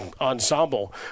ensemble